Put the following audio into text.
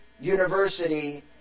University